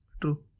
True